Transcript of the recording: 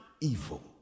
evil